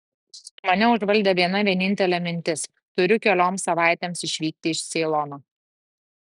mane užvaldė viena vienintelė mintis turiu kelioms savaitėms išvykti iš ceilono